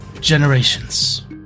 generations